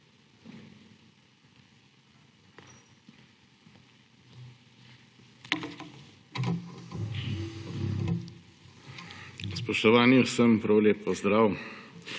Spoštovani, vsem prav lep pozdrav!